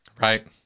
Right